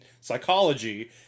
psychology